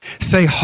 Say